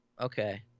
okay